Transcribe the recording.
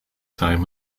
time